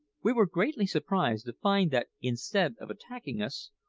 we were greatly surprised to find that instead of attacking us,